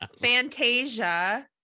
Fantasia